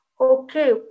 Okay